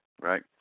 Right